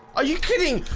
are you kidding?